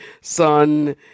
son